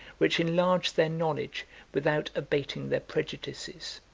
which enlarged their knowledge without abating their prejudices.